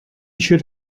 should